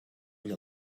ull